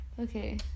Okay